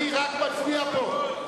אני רק מצביע פה.